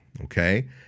okay